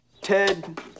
Ted